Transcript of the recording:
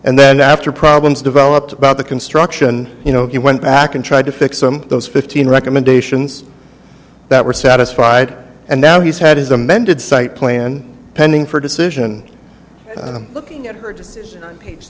and then after problems developed about the construction you know he went back and tried to fix some of those fifteen recommendations that were satisfied and now he's had his amended site plan pending for decision and i'm looking at her decision page